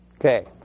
Okay